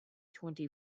twenty